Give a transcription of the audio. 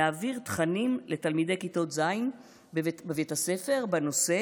להעביר תכנים לתלמידי כיתות ז' בבית הספר בנושא